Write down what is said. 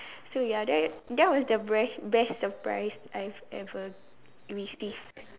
so ya then that was the breast best surprise I've ever received